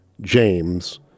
James